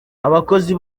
abakozi